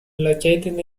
located